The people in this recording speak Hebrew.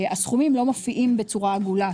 הסכומים לא מופיעים בצורה עגולה,